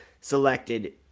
selected